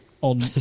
on